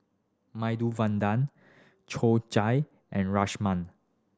Medu Vada Chorizo and Rajma